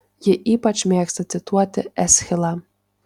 ji ypač mėgsta cituoti eschilą